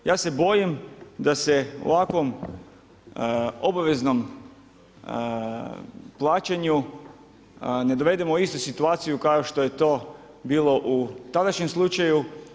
Ja se bojim da se ovakvom obaveznom plaćanju ne dovedemo u istu situaciju kao što je to bilo u tadašnjem slučaju.